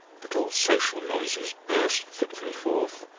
little social noises burst fitfully forth,